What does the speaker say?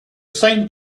same